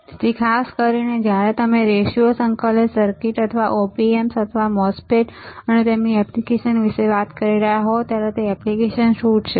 તેથી ખાસ કરીને જ્યારે તમે રેશીયો સંકલિત સર્કિટ અથવા op amps અથવા MOSFET અને તેમની એપ્લિકેશન્સ વિશે વાત કરી રહ્યા હોવ ત્યારે એપ્લીકેશન શું છે